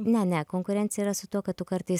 ne ne konkurencija yra su tuo kad tu kartais